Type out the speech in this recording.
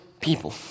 people